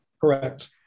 Correct